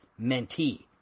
mentee